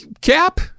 cap